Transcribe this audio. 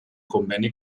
conveni